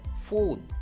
phone